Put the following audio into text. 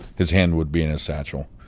his hand would be in his satchel.